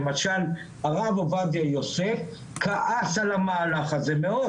למשל הרב עובדיה יוסף כעס על המהלך הזה מאוד,